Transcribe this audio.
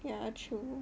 ya true